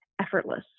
effortless